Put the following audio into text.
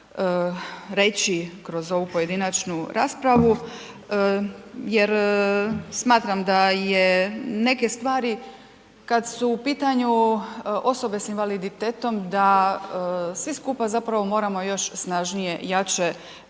reći kroz ovu pojedinačnu raspravu jer smatram da je neke stvari kad su u pitanju osobe sa invaliditetom da svi skupa zapravo moramo još snažnije i jače